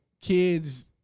kids